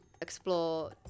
explore